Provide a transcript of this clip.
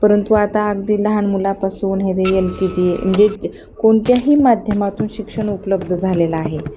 परंतु आता अगदी लहान मुलापासून अगदी यल के जी म्हणजे कोणत्याही माध्यमातून शिक्षण उपलब्ध झालेलं आहे